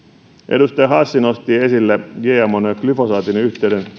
edustaja hassi nosti esille gmon ja glyfosaatin yhteyden